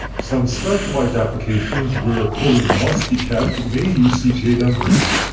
some specialized applications where chlorine must be kept may use cta membranes,